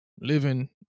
living